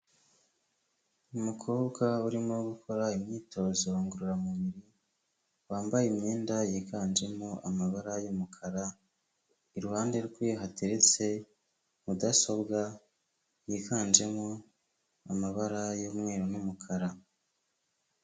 Umukobwa urimo gukora imyitozo ngororamubiri wambaye imyenda yiganjemo amabara yumukara iruhande rwe hateretse mudasobwa yiganjemo amabara y'umweru n'umukara.